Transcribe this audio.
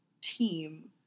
team